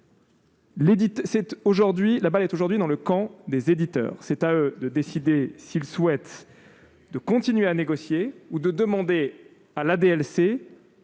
La balle est aujourd'hui dans le camp des éditeurs. C'est à eux de décider s'ils souhaitent continuer de négocier ou s'ils